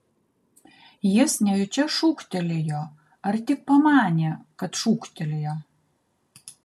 jis nejučia šūktelėjo ar tik pamanė kad šūktelėjo